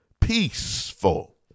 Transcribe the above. peaceful